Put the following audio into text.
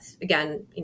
again